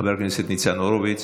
חבר הכנסת ניצן הורוביץ.